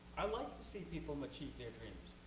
i like to see people achieve their dreams.